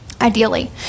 ideally